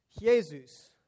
Jesus